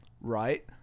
right